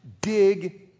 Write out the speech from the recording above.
dig